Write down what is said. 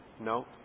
no